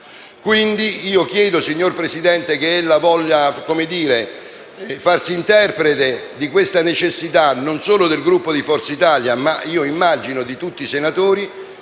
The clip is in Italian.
Chiedo quindi, signor Presidente, che ella voglia farsi interprete di questa necessità, non solo del Gruppo di Forza Italia ma, immagino, di tutti senatori